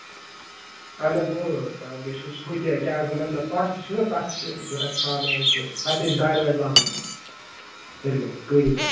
اَہن حظ بیٚیہِ چھُس ہُہ تہِ کیٛاہ حظ اَتھ وَنان پَش تہِ چھُناہ تَتھ چھِ ضروٗرت چھان وان تہٕ ٲسۍ دارِ وارِ لاگٕنۍ ہیٚرِ کیٚن کٲنی پیٚٹھ